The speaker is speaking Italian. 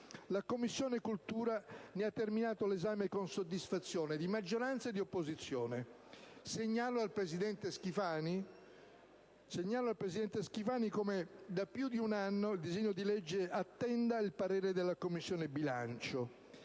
7a Commissione permanente ne ha terminato l'esame con soddisfazione di maggioranza ed opposizione. Segnalo al presidente Schifani come da più di un anno il disegno di legge attenda il parere della 5a Commissione.